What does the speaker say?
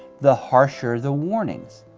the harsher the warnings.